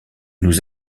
nous